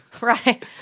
right